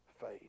faith